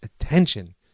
attention